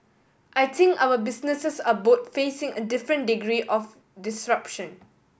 I think our businesses are both facing a different degree of disruption